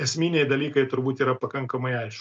esminiai dalykai turbūt yra pakankamai aiškūs